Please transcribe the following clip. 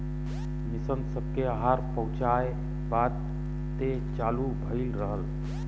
mission सबके आहार पहुचाए बदे चालू भइल रहल